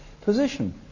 position